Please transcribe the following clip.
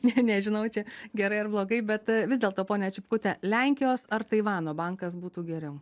ne nežinau čia gerai ar blogai bet vis dėlto ponia čipkute lenkijos ar taivano bankas būtų geriau